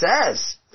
says